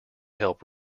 help